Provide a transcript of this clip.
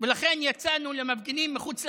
ולכן יצאנו למפגינים מחוץ לכנסת.